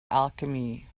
alchemy